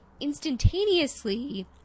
instantaneously